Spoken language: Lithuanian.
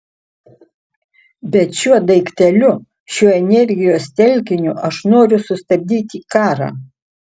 bet šiuo daikteliu šiuo energijos telkiniu aš noriu sustabdyti karą